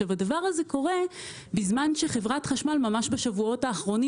הדבר הזה קורה בזמן שחברת החשמל ממש בשבועות האחרונים